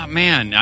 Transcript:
man